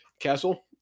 castle